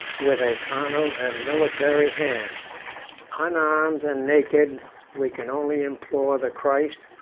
with a carnal and military hand unarmed and naked we can only implore the christ,